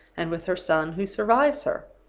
and with her son who survives her